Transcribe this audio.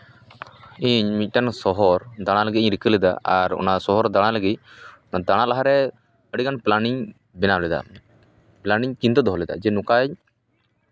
ᱢᱤᱫᱴᱟᱱ ᱥᱚᱦᱚᱨ ᱫᱟᱬᱟ ᱞᱟᱹᱜᱤᱫ ᱤᱧ ᱨᱤᱠᱟᱹ ᱞᱮᱫᱟ ᱟᱨ ᱚᱱᱟ ᱥᱚᱦᱚᱨ ᱫᱟᱬᱟ ᱞᱟᱹᱜᱤᱫ ᱫᱟᱬᱟ ᱞᱟᱦᱟᱨᱮ ᱟᱹᱰᱤᱜᱟᱱ ᱯᱞᱮᱱᱤᱝ ᱵᱮᱱᱟᱣ ᱞᱮᱫᱟ ᱯᱞᱮᱱᱤᱝ ᱪᱤᱱᱛᱟᱹ ᱫᱚᱦᱚ ᱞᱮᱫᱟ ᱡᱮ ᱱᱚᱝᱠᱟᱧ